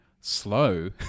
slow